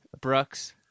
Brooks